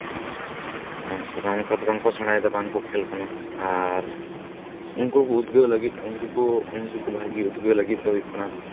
ᱚᱱᱠᱟ ᱫᱚ ᱥᱮᱬᱟᱭᱮᱫᱟ ᱵᱟᱝᱠᱚ ᱠᱷᱮᱞ ᱠᱟᱱᱟ ᱟᱨ ᱩᱱᱠᱩ ᱠᱚ ᱩᱫᱽᱜᱟᱹᱣ ᱞᱟᱹᱜᱤᱫ ᱩᱱᱠᱩ ᱠᱚ ᱵᱷᱟᱜᱮ ᱩᱫᱽᱜᱟᱹᱣ ᱞᱟᱹᱜᱤᱫ ᱫᱚ ᱦᱩᱭᱩᱜ ᱠᱟᱱᱟ